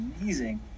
amazing